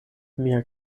mia